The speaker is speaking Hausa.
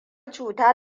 cuta